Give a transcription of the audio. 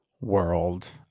world